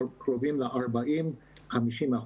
קרובים ל-40%-50%.